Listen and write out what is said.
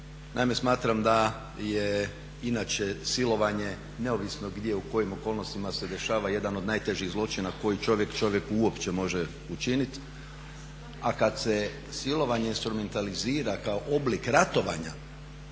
Naime, smatram da je inače silovanje neovisno gdje, u kojim okolnostima se dešava jedan od najtežih zločina koji čovjek čovjeku uopće može učiniti. A kada se silovanje instrumentalizira kao oblik ratovanja